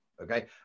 okay